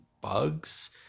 bugs